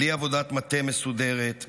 בלי עבודת מטה מסודרת,